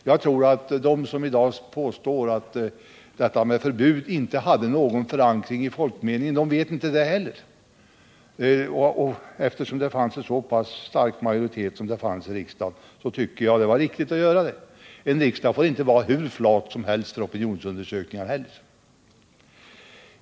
Jag tror inte heller att de som i dag påstår att förbudet inte hade förankring i folkmeningen säkert kan veta detta. Eftersom det fanns en så pass stark majoritet för förbudet, tycker jag att det var riktigt att genomföra det. En riksdag får inte vara hur flat som helst inför opinionsundersökningar.